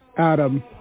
Adam